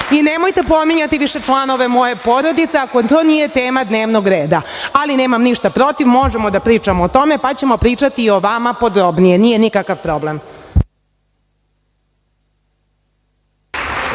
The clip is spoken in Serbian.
i nemojte pominjati više članove moje porodice, ako to nije tema dnevnog reda. Ali nemam ništa protiv, možemo da pričamo i na tu temu, onda ćemo pričati i o vama podrobnije, nije problem.